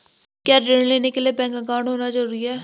क्या ऋण लेने के लिए बैंक अकाउंट होना ज़रूरी है?